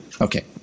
Okay